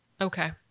Okay